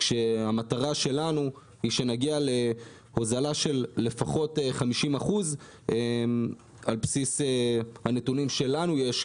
והמטרה שלנו היא שנגיע להוזלה של לפחות 50% על בסיס הנתונים שלנו יש,